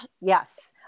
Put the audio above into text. yes